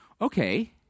Okay